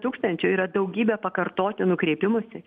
tūkstančių yra daugybė pakartotinų kreipimųsi